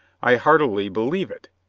i heartily believe it,